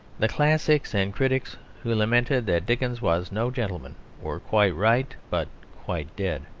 the classics and critics who lamented that dickens was no gentleman were quite right, but quite dead.